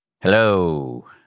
Hello